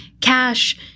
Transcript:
cash